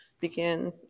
begin